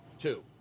Two